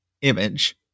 image